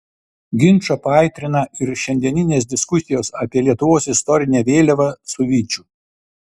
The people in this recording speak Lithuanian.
ginčą paaitrina ir šiandieninės diskusijos apie lietuvos istorinę vėliavą su vyčiu